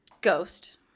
ghost